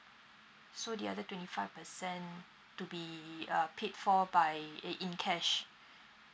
so the other twenty five percent to be uh paid for by eh in cash